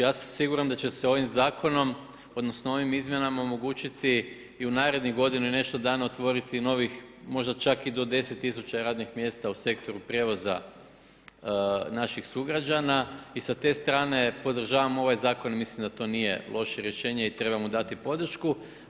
Ja sam siguran da će se ovim zakonom, odnosno, ovim izmjenama omogućiti i u narednih godinu i nešto dana, otvoriti novih, možda čak i do 10000 radnih mjesta u sektoru prijevoza naših sugrađana i sa te strane podržavam ovaj zakon, mislim da to nije loše rješenje i treba mu dati podršku.